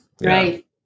right